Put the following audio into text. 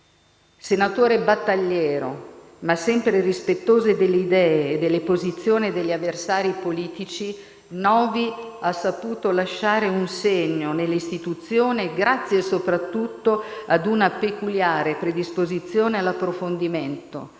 Senatore battagliero, ma sempre rispettoso delle idee e delle posizioni degli avversari politici, Novi ha saputo lasciare un segno nelle istituzioni grazie soprattutto a una peculiare predisposizione all'approfondimento,